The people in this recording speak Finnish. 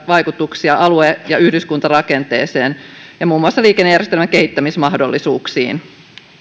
vaikutuksia alue ja yhdyskuntarakenteeseen ja muun muassa liikennejärjestelmän kehittämismahdollisuuksiin